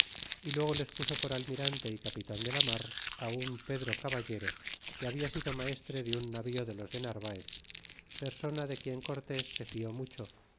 y luego les puso por almirante y capitan de la mar á un pedro caballero que habia sido maestre de un navío de los de narvaez persona de quien cortés se fié mucho